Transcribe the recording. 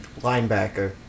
Linebacker